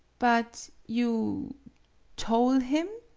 but you tole him?